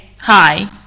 hi